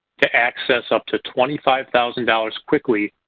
to access up to twenty five thousand dollars quickly,